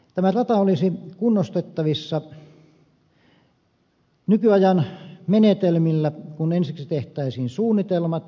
tämä rata olisi kunnostettavissa nykyajan menetelmillä kun ensiksi tehtäisiin suunnitelmat